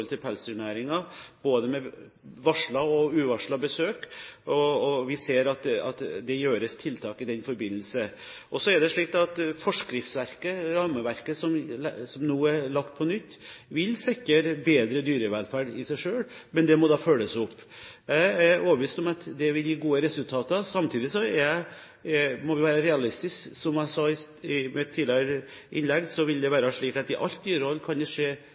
med både varslede og uvarslede besøk, og vi ser at det gjøres tiltak i den forbindelse. Det forskriftsverket og rammeverket som nå er lagt på nytt, vil sikre bedre dyrevelferd i seg selv, men det må følges opp. Jeg er overbevist om at det vil gi gode resultater, men samtidig må vi være realistiske. Som jeg sa i mitt tidligere innlegg, vil det være slik at i alt dyrehold kan det skje